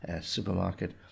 supermarket